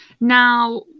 Now